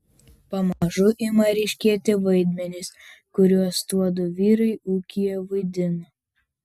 pamažu ima ryškėti vaidmenys kuriuos tuodu vyrai ūkyje vaidina